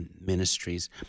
ministries